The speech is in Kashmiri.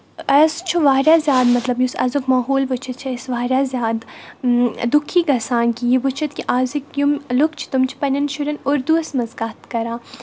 اَسہِ چھُ واریاہ زیادٕ مطلب یُس اَزُک ماحول وٕچھِتھ چھِ أسۍ واریاہ زیادٕ دُکھی گژھان کہِ یہِ وٕچھِتھ کہِ آزِکۍ یِم لُکھ چھِ تِم چھِ پنٛنٮ۪ن شُرٮ۪ن اُردوَس منٛز کَتھ کَران